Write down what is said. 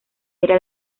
era